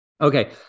Okay